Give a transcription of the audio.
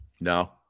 No